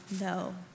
No